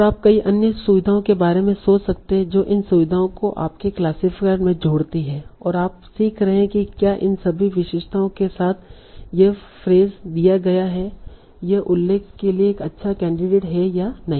और आप कई अन्य सुविधाओं के बारे में सोच सकते हैं जो इन सुविधाओं को आपके क्लासिफायर में जोड़ती हैं और आप सीख रहे हैं कि क्या इन सभी विशेषताओं के साथ यह फ्रेस दिया गया है यह उल्लेख के लिए एक अच्छा कैंडिडेट है या नहीं